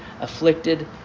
afflicted